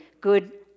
good